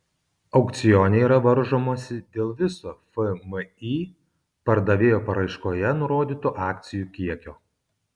aukcione yra varžomasi dėl viso fmį pardavėjo paraiškoje nurodyto akcijų kiekio